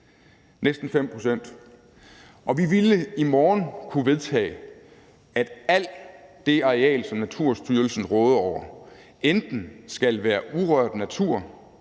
lysåbne arealer, og vi ville i morgen kunne vedtage, at hele det areal, som Naturstyrelsen råder over, skulle være urørt natur,